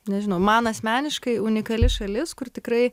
nežinau man asmeniškai unikali šalis kur tikrai